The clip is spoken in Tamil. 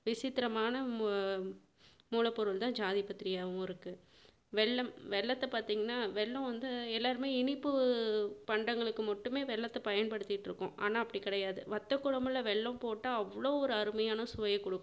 விசித்திரமான மூ மூலப்பொருள் தான் ஜாதிபத்ரியாகவும் இருக்குது வெல்லம் வெல்லத்தை பார்த்தீங்கன்னா வெல்லம் வந்து எல்லோருமே இனிப்பு பண்டங்களுக்கு மட்டுமே வெல்லத்தை பயன்படுத்திட்டுருக்கோம் ஆனால் அப்படி கிடையாது வத்தக்குழம்புல வெல்லம் போட்டால் அவ்வளோ ஒரு அருமையான சுவையை கொடுக்கும்